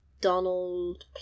Donald